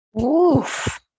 oof